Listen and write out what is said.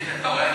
הנה, אתה רואה?